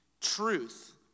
truth